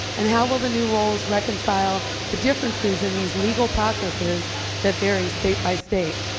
and how will the new rules reconcile the differences in these legal processes that vary state by state?